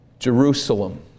Jerusalem